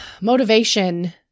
Motivation